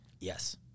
Yes